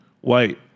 white